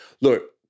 Look